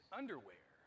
underwear